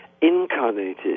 incarnated